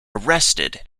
arrested